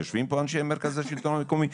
יושבים פה אנשי מרכז השלטון המקומי?